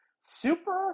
Super